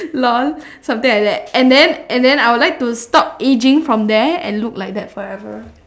lol something like that and then and then I would like to stop ageing from there and look like that forever